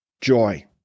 joy